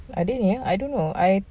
I don't know I don't know